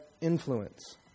influence